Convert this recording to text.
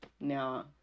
now